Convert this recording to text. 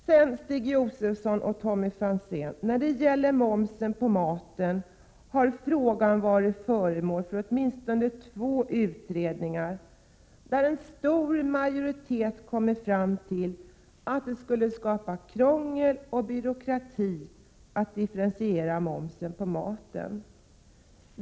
Till Stig Josefson och Tommy Franzén vill jag säga att frågan om momsen på mat har varit föremål för åtminstone två utredningar, där en stor majoritet kommit fram till att det skulle skapa krångel och byråkrati att differentiera momsen på mat.